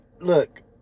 look